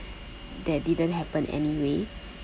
that didn't happen anyway